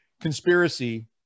Conspiracy